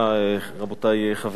רבותי חברי הכנסת,